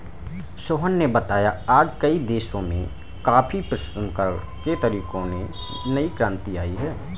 सोहन ने बताया आज कई देशों में कॉफी प्रसंस्करण के तरीकों में नई क्रांति आई है